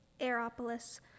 Aeropolis